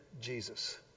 Jesus